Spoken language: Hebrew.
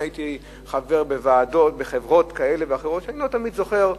חבר בחברות כאלה ואחרות ואני לא תמיד זוכר.